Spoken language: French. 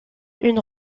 une